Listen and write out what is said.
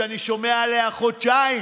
שאני שומע עליה חודשיים